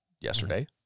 yesterday